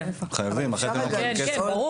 הם חייבים, אחרת לא יהיה להם כסף.